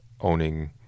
owning